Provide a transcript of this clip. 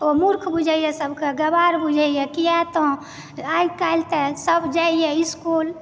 ओ मूर्ख बुझयए सभके गँवार बुझयए किआतऽ आइकाल्हि तऽ सभ जाइए इस्कूल